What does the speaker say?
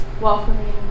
welcoming